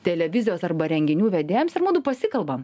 televizijos arba renginių vedėjams ir mudu pasikalbam